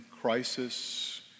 crisis